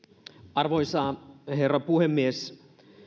arvoisa herra puhemies